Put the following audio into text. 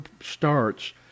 starts